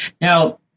Now